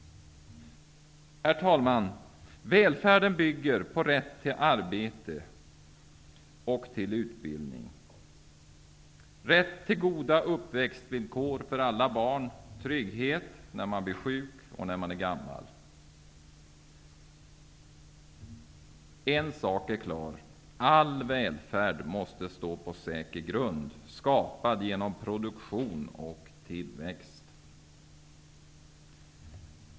Herr talman! Välfärden bygger på rätt till ar bete och utbildning, rätt till goda uppväxtvillkor för alla barn, trygghet när man blir sjuk och när man är gammal. En sak är klar: All välfärd måste stå på säker grund, skapad genom produktion och tillväxt.